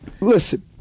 listen